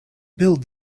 build